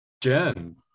Jen